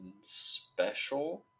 special